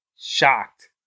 Shocked